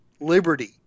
Liberty